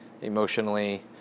emotionally